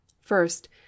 first